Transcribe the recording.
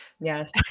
Yes